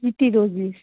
प्रिती